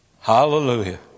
Hallelujah